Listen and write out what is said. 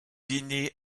hini